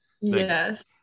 yes